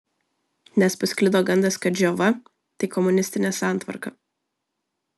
nes pasklido gandas kad džiova tai komunistinė santvarka